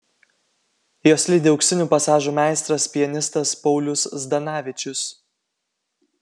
juos lydi auksinių pasažų meistras pianistas paulius zdanavičius